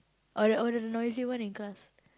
or the or the noisy one in class